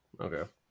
Okay